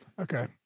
Okay